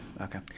okay